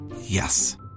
Yes